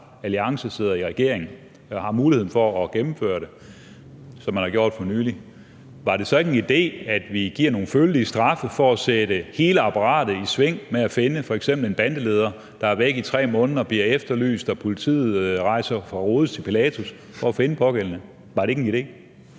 nylig, sidder i regering og har muligheden for at gennemføre det, var det så ikke en idé, at vi gav nogle følelige straffe for at sætte hele apparatet i sving med at finde f.eks. en bandeleder, som er væk i 3 måneder, og som bliver efterlyst, så politiet rejser fra Herodes til Pilatus for at finde den pågældende? Var det ikke en idé?